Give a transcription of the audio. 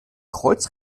kreuz